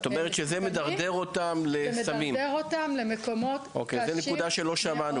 זה מדרדר אותם למקומות קשים מאוד.